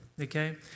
okay